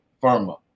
firma